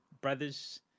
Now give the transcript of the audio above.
brothers